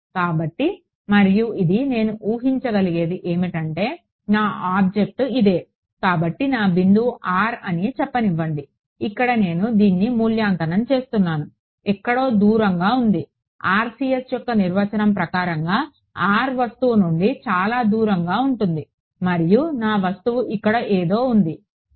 కాబట్టి మరియు ఇది నేను ఊహించగలిగేది ఏమిటంటే నా ఆబ్జెక్ట్ ఇదే కాబట్టి నా బిందువు r అని చెప్పనివ్వండి ఇక్కడ నేను దీన్ని మూల్యాంకనం చేస్తున్నాను ఎక్కడో దూరంగా ఉంది RCS యొక్క నిర్వచనం ప్రకారంగా r వస్తువు నుండి చాలా దూరంగా ఉంటుంది మరియు నా వస్తువు ఇక్కడ ఏదో ఉంది సరే